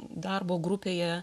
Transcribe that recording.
darbo grupėje